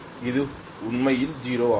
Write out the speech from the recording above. இது உண்மையில் 0 ஆகும்